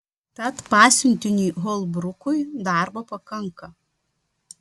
tad pasiuntiniui holbrukui darbo pakanka